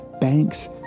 banks